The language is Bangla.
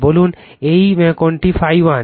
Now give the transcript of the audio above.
বলুন এই কোণটি ∅ 1